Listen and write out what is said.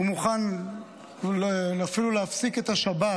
הוא מוכן אפילו להפסיק את השבת